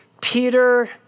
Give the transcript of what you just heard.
Peter